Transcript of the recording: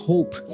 Hope